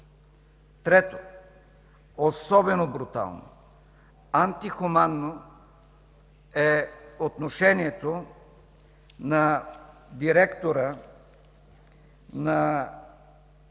Трето, особено брутално, антихуманно е отношението на директора на